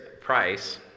price